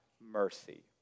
mercy